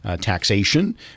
taxation